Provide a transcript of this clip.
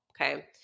okay